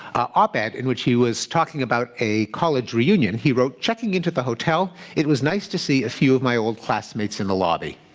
op ed in which he was talking about a college reunion, he wrote checking into the hotel, it was nice to see a few of my old classmates in the lobby.